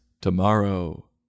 tomorrow